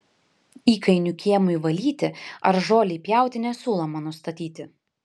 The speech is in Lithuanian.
įkainių kiemui valyti ar žolei pjauti nesiūloma nustatyti